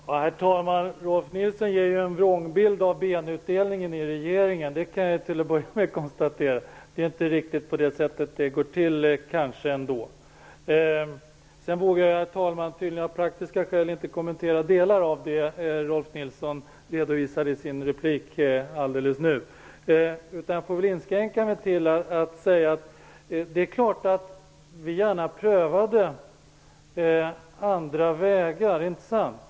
Herr talman! Till att börja med kan jag konstatera att Rolf Nilson ger en vrångbild av benutdelningen i regeringen. Det går kanske ändå inte riktigt till på det sättet. Jag vågar tydligen av praktiska skäl, herr talman, inte kommentera vissa delar av det som Rolf Nilson sade i sin replik alldeles nyss. Jag får inskränka mig till att säga att det är klart att vi gärna prövade andra vägar. Inte sant?